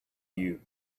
you